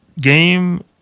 Game